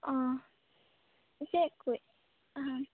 ᱚᱻ ᱪᱮᱫ ᱠᱩᱡ